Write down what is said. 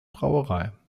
brauerei